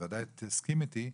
ובוודאי תסכים איתי,